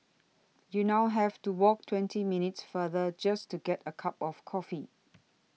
you now have to walk twenty minutes farther just to get a cup of coffee